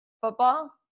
Football